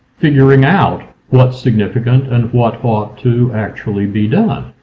figuring out what's significant and what ought to actually be done.